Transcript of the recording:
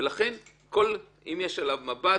ולכן אם יש עליו מב"ד,